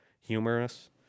humorous